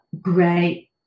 great